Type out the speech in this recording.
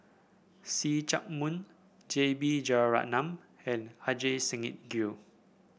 See Chak Mun J B Jeyaretnam and Ajit Singh Gill